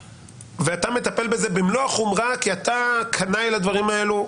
ואתה מטפל בזה במלוא החומרה כי אתה קנאי לדברים האלו.